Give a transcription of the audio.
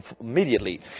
immediately